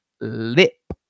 lip